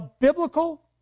biblical